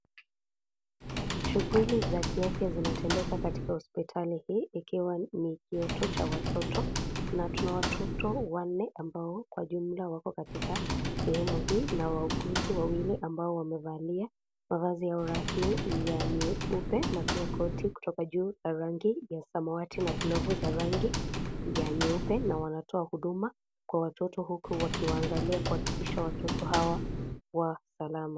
Shughuli za kiafya zinatendeka katika hospitali hii ikiwa ni kituo cha watoto na tuna watoto wanne ambao kwa jumla wako katika sehemu hii na wauguzi wawili ambao wamevalia mavazi yao rasmi ya nyeupe na pia koti kutoka juu ya rangi ya samawati na glavu za rangi ya nyeupe na wanatoa huduma kwa watoto huku wakiwaangalia kuhakikisha watoto hawa wa salama.